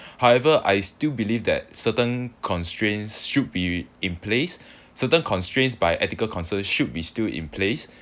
however I still believe that certain constraints should be in place certain constraints by ethical concerns should be still in place